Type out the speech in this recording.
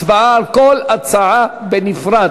הצבעה על כל הצעה בנפרד.